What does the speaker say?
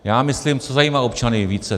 Já myslím, co zajímá občany více?